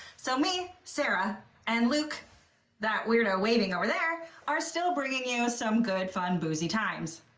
so me, sarah and luke that weird-o waiting over there are still bringing you some good, fun boozy times.